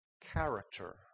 character